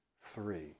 three